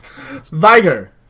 Viger